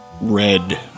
red